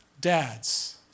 dads